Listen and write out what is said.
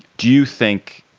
do you think,